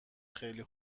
خیلی